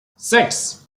six